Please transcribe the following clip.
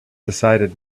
decided